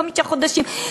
חמישה חודשים,